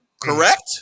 correct